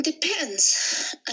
depends